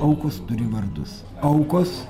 aukos turi vardus aukos